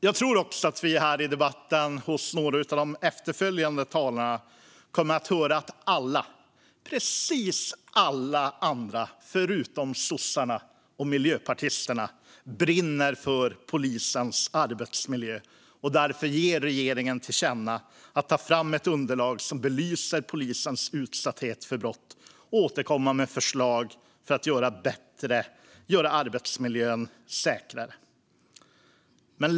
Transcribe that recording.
Jag tror att vi i debatten från några av de efterföljande talarna kommer att få höra att precis alla andra förutom sossar och miljöpartister brinner för polisens arbetsmiljö och därför ger regeringen till känna att den ska ta fram ett underlag som belyser polisers utsatthet för brott och återkomma med förslag för att göra arbetsmiljön säkrare.